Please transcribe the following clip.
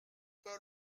pas